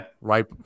right